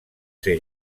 ser